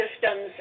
systems